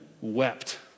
wept